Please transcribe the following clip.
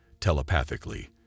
telepathically